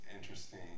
interesting